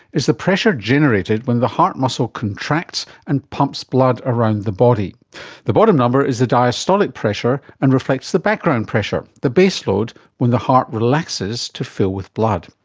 is the pressure generated when the heart muscle contracts and pumps blood around the body. and the bottom number is the diastolic pressure and reflects the background pressure, the baseload when the heart relaxes to fill with blood.